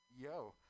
Yo